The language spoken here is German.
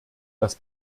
das